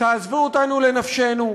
תעזבו אותנו לנפשנו,